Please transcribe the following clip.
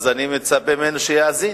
אז אני מצפה ממנו שיאזין,